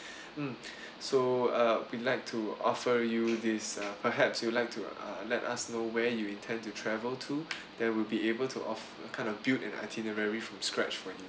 mm so uh we'd like to offer you this perhaps you would like uh to let us know where you intend to travel to then will be able to of~ uh kind of build an itinerary from scratch for you